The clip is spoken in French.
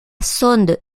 sonde